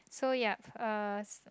so yup uh